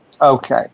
Okay